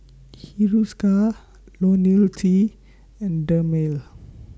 Hiruscar Ionil T and Dermale